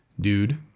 Dude